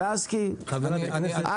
לסקי, את בקריאה שנייה.